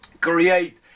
create